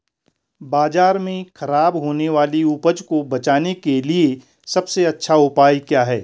बाजार में खराब होने वाली उपज को बेचने के लिए सबसे अच्छा उपाय क्या हैं?